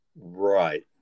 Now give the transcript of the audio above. right